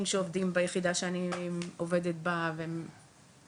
שעובדים ביחידה שאני עובדת בה ואין,